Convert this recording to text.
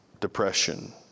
Depression